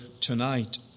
tonight